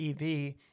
EV